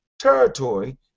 territory